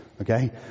okay